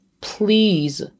please